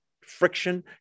friction